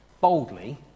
boldly